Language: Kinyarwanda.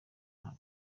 nta